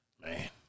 man